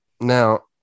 Now